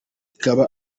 ikaba